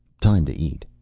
time to eat.